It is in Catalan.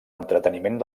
entreteniment